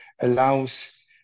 allows